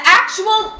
actual